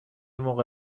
موقع